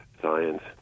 science